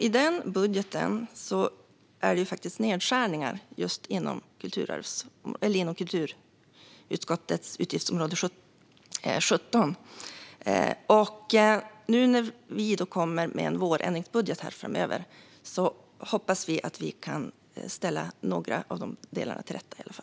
I den budgeten är det nedskärningar inom kulturutskottets utgiftsområde 17. När vi kommer med en vårändringsbudget framöver hoppas vi att vi i varje fall kan ställa några av de delarna till rätta.